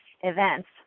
events